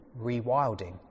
rewilding